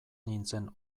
nintzen